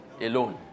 alone